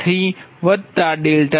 3580